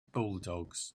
bulldogs